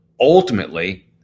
ultimately